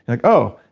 like, oh,